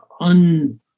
un-